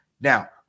Now